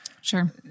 Sure